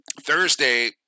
Thursday